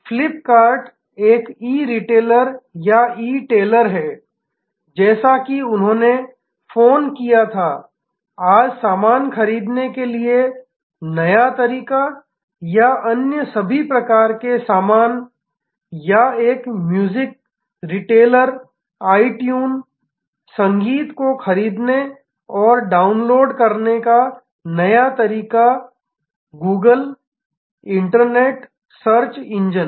फ्लिपकार्ट एक e retailer या e tailer है जैसा कि उन्होंने फोन किया था आज सामान खरीदने के लिए नया तरीका या अन्य सभी प्रकार के सामान या एक म्यूजिक रिटेलर आइट्यून संगीत को खरीदने और डाउनलोड करने का नया तरीका या गूगल इंटरनेट सर्च इंजन